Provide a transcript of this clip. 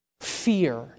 Fear